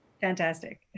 fantastic